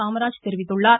காமராஜ் தெரிவித்துள்ளார்